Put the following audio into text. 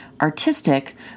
artistic